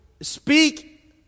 speak